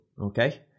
okay